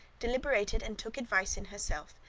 deliberated and took advice in herself,